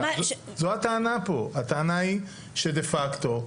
הטענה היא שדה פקטור,